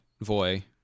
Voy